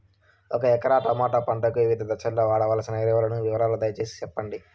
ఒక ఎకరా టమోటా పంటకు వివిధ దశల్లో వాడవలసిన ఎరువులని వివరంగా దయ సేసి చెప్పండి?